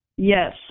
Yes